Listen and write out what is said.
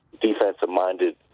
defensive-minded